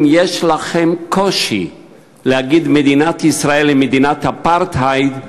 יש לכם קושי להגיד "מדינת ישראל היא מדינת אפרטהייד",